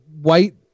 white